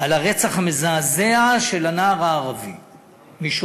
על הרצח המזעזע של הנער הערבי משועפאט,